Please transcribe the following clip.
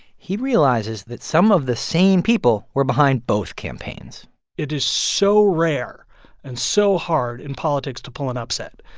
he realizes that some of the same people were behind both campaigns it is so rare and so hard in politics to pull an upset.